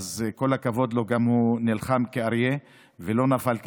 אז כל הכבוד לו, גם הוא נלחם כאריה ולא נפל כזבוב,